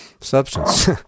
Substance